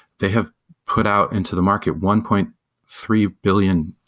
they have put out into the market one point three billion,